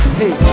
hey